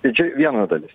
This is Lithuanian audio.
tai čia viena dalis